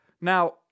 Now